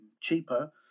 cheaper